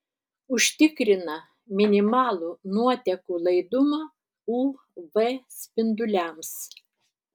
užtikrina minimalų nuotekų laidumą uv spinduliams